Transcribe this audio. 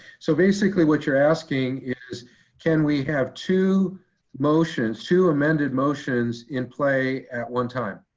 so basically what you're asking is can we have two motions, two amended motions in play at one time?